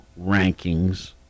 rankings